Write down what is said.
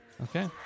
Okay